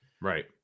Right